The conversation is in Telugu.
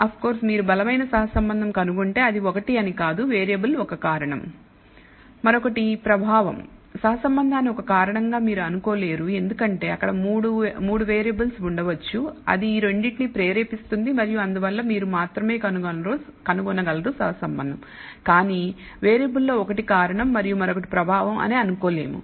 ఆఫ్ కోర్సు మీరు బలమైన సహసంబంధాన్ని కనుగొంటే అది ఒకటి అని కాదు వేరియబుల్ ఒక కారణం మరొకటి ప్రభావం సహ సంబంధాన్ని ఒక కారణంగా మీరు అనుకో లేరు ఎందుకంటే అక్కడ మూడవ వేరియబుల్ ఉండవచ్చు అది ఈ రెండింటిని ప్రేరేపిస్తుంది మరియు అందువల్ల మీరు మాత్రమే కనుగొనగలరు సహసంబంధం కానీ వేరియబుల్లో ఒకటి కారణం మరియు మరొకటి ప్రభావం అని అనుకోలేము